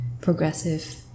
progressive